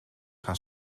gaan